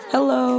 Hello